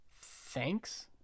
thanks